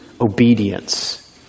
obedience